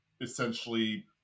essentially